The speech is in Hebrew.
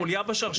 הוא חוליה בשרשרת.